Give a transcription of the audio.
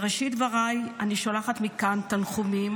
בראשית דבריי אני שולחת מכאן תנחומים